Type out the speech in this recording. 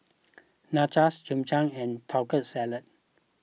Nachos Japchae and Taco Salad